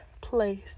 place